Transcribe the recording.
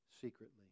secretly